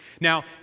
Now